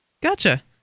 Gotcha